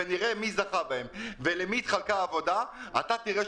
ונראה מי זכה בהם ובין מי התחלקה העבודה, אתה תראה